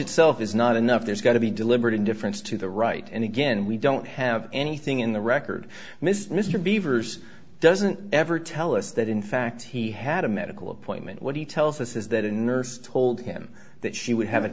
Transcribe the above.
itself is not enough there's got to be deliberate indifference to the right and again we don't have anything in the record mr beaver's doesn't ever tell us that in fact he had a medical appointment what he tells us is that a nurse told him that she would have a